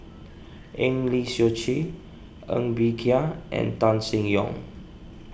Eng Lee Seok Chee Ng Bee Kia and Tan Seng Yong